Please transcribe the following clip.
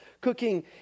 Cooking